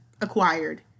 acquired